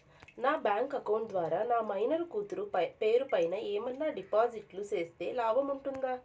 నా bank account ద్వారా నా మైనర్ కూతురు పేరు పైన ఏమన్నా డిపాజిట్లు సేస్తే లాభం ఉంటుందా?